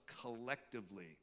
collectively